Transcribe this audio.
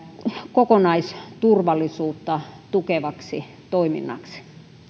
kokonaisturvallisuutta tukevaksi toiminnaksi